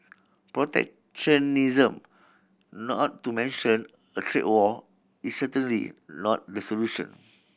protectionism not to mention a trade war is certainly not the solution